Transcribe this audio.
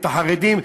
את החרדים,